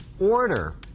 order